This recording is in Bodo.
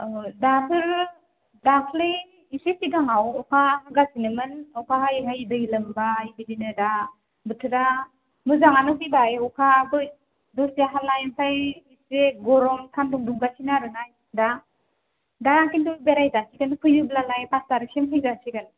ओहो दासो दाखालि एसे सिगाङाव अखा हागासिनोमोन अखा हायै हायै दै लोमबाय बिदिनो दा बोथोरा मोजाङानो फैबाय अखाबो दसे हालाय ओमफ्राय एसे गरम सान्दुं दुंगासिनो आरो ना दा दा खिन्थु बेरायजासिगोन फैयोब्लालाय पास्तारिकसिम फैजासिगोन